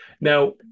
Now